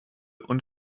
und